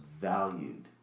valued